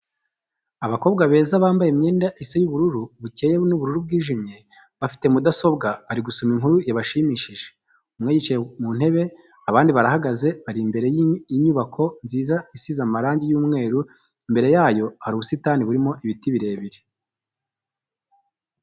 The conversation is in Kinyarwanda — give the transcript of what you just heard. Abakobwa beza bambaye imyenda isa y'ubururu bukeye n'ubururu bwijimye, bafite mudasobwa bari gusoma inkuru yabashimishije, umwe yicaye mu ntebe abandi barahagaze, bari imbere y'inybako nziza isize amarangi y'umweru, imbere yayo hari ubusitani burimo ibiti birebire.